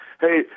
hey